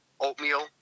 oatmeal